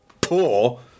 poor